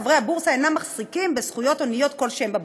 חברי הבורסה אינם מחזיקים בזכויות הוניות כלשהן בבורסה.